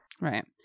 Right